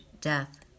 death